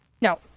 No